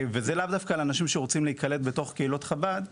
וזה לאו דווקא לאנשים שרוצים להיקלט בתוך קהילות חב"ד,